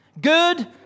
Good